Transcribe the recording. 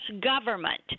government